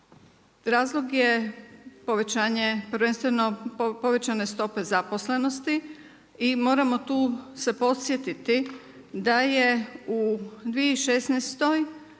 razlog je povećanje, prvenstveno, povećane stope zaposlenosti i moramo tu se podsjetiti, da je u 2016.